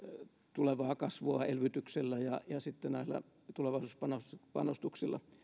tulevaa kasvua elvytyksellä ja sitten näillä tulevaisuuspanostuksilla